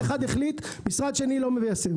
משרד אחד החליט והמשרד השני לא מיישם.